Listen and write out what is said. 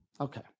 Okay